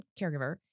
caregiver